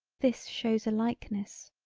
this shows a likeness.